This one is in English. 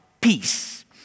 Peace